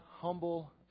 humble